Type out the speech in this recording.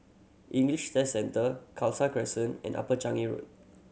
English Test Centre Khalsa Crescent and Upper Changi Road